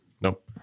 Nope